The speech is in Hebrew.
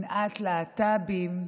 שנאת להט"בים,